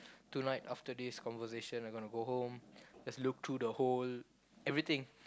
tonight after this conversation I gonna go home just look through the whole everything